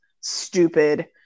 stupid